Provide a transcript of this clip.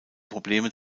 probleme